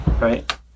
right